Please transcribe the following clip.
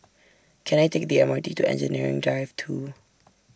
Can I Take The M R T to Engineering Drive two